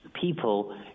people